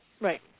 Right